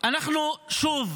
אנחנו שוב